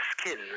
skin